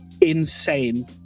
insane